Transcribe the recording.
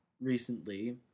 recently